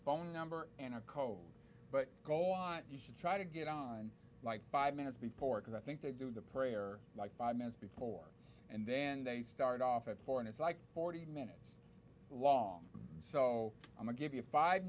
phone number and a code but go on and you should try to get on like five minutes before because i think they do the prayer like five minutes before and then they start off at four and it's like forty minutes long so i'll give you five